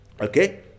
Okay